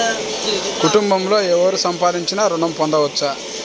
కుటుంబంలో ఎవరు సంపాదించినా ఋణం పొందవచ్చా?